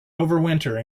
overwinter